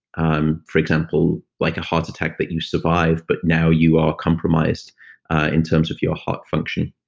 um for example, like a heart attack that you survive, but now you are compromised in terms of your heart function